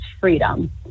freedom